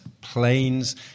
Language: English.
planes